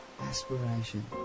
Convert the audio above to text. aspiration